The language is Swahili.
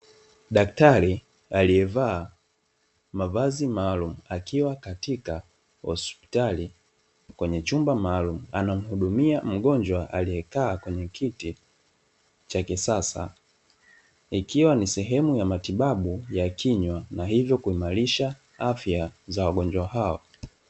Daktari aliyevaa mavazi maalumu akiwa katika hospitali kwenye chumba maalumu anamuhudumia mgonjwa aliyekaa kwenye kiti cha kisasa, ikiwa ni sehemu ya matibabu ya kinywa na hivyo kuimarisha afya za wagonjwa hao.